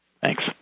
Thanks